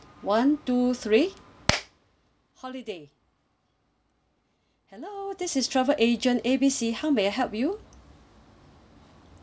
one two three holiday hello this is travel agent A B C how may I help you